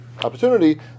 opportunity